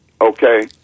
Okay